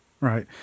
right